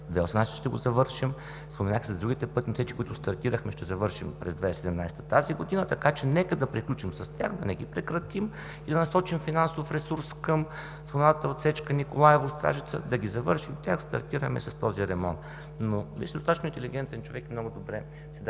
2018 г. ще го завършим. Споменах и за другите пътни отсечки, които стартирахме и ще завършим през тази 2018 г. Така че нека да приключим с тях, да не ги прекратим и да насочим финансов ресурс към споменатата отсечка Николаево – Стражица, да ги завършим и тях, стартираме с този ремонт. Вие сте достатъчно интелигентен човек и много добре си давате